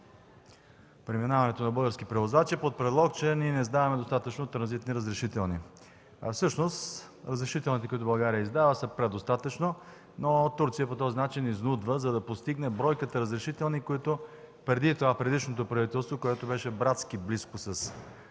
преминаването на български превозвачи под предлог, че ние не издаваме достатъчно транзитни разрешителни, а всъщност разрешителните, които България издава, са предостатъчно, но Турция по този начин изнудва, за да постигне бройката разрешителни, които преди това предишното правителство, което беше братски близко с